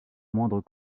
moindre